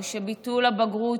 או שביטול הבגרות,